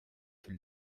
für